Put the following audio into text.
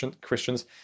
Christians